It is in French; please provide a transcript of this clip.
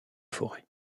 forêt